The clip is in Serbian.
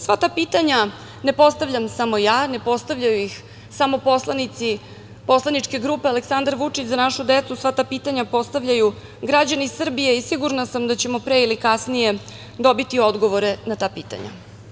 Sva ta pitanja ne postavljam samo ja, ne postavljaju ih je samo poslanici poslaničke grupe Aleksandar Vučić – Za našu decu, sva ta pitanja postavljaju građani Srbije i sigurna sam da ćemo pre ili kasnije dobiti odgovore na ta pitanja.